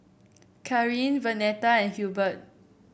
Kareen Vernetta and Hurbert